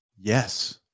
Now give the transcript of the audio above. Yes